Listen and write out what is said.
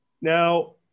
Now